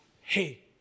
hey